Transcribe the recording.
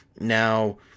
Now